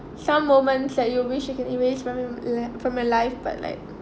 some moments that you wish you can erase from from my life but like